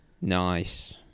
Nice